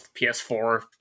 ps4